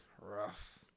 rough